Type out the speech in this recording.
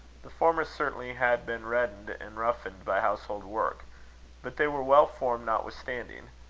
the former certainly had been reddened and roughened by household work but they were well formed notwithstanding.